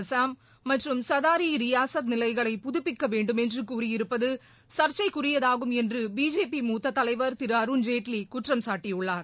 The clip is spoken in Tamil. அஸாம் மற்றும் சதார் ஈ ரியாஷாத் நிலைகளை புதப்பிக்க வேண்டுமென்று கூறியிருப்பது ச்ச்சைக்குரியதாகும் என்று பிஜேபி மூத்த தலைவர் திரு அருண்ஜேட்லி குற்றம்சாட்டியுள்ளார்